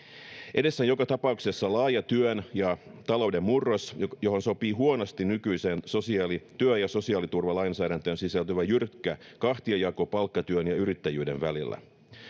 edessä on joka tapauksessa laaja työn ja talouden murros johon sopii huonosti nykyiseen työ ja sosiaaliturvalainsäädäntöön sisältyvä jyrkkä kahtiajako palkkatyön ja yrittäjyyden välillä